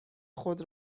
خود